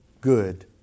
good